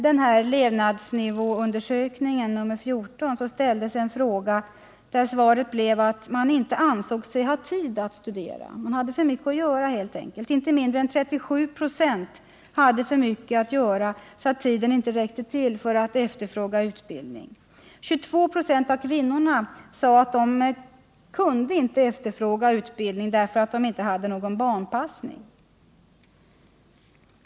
I levnadsnivåundersökningen — statistiska centralbyråns rapport nr 14 — ställdes en fråga där svaret blev att man inte ansåg sig ha tid att studera, man hade helt enkelt för mycket att göra. Inte mindre än 37 2. hade så mycket att göra att tiden inte räckte till för att efterfråga utbildning. 22 26 av kvinnorna sade att de inte kunde efterfråga utbildning därför att de inte hade någon barnpassning.